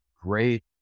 great